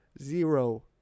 Zero